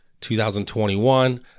2021